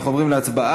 אנחנו עוברים להצבעה